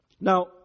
Now